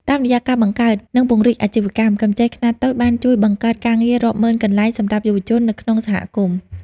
តាមរយៈការបង្កើត និងពង្រីកអាជីវកម្ម កម្ចីខ្នាតតូចបានជួយបង្កើតការងាររាប់ម៉ឺនកន្លែងសម្រាប់យុវជននៅក្នុងសហគមន៍។